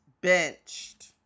benched